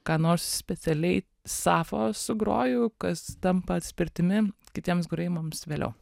ką nors specialiai sapfo sugroju kas tampa atspirtimi kitiems grojimams vėliau